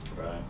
Right